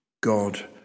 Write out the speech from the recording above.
God